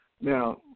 Now